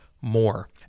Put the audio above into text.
more